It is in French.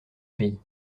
pays